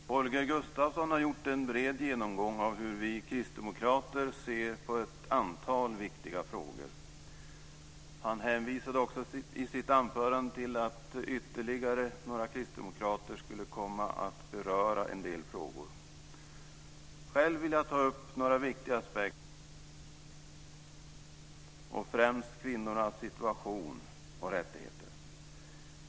Herr talman! Holger Gustafsson har gjort en bred genomgång av hur vi kristdemokrater ser på ett antal viktiga frågor. Han hänvisade också i sitt anförande till att ytterligare några kristdemokrater skulle komma att beröra en del frågor. Själv vill jag ta upp några viktiga aspekter på mänskliga rättigheter, främst kvinnornas situation och rättigheter.